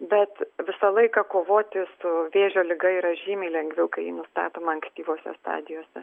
bet visą laiką kovoti su vėžio liga yra žymiai lengviau kai ji nustatoma ankstyvos stadijose